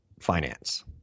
finance